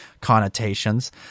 connotations